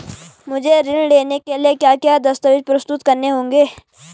मुझे ऋण लेने के लिए क्या क्या दस्तावेज़ प्रस्तुत करने होंगे?